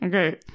Okay